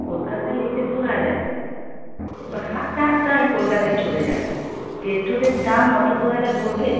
কলকাতায় যেতে দু হাজার এ তো হাঁটতে হাঁটতে আমি কলকাতায় চলে যাব পেট্রোলের দাম অত দু হাজার পড়বে